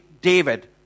David